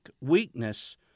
weakness